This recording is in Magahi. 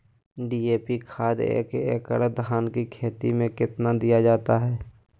डी.ए.पी खाद एक एकड़ धान की खेती में कितना दीया जाता है?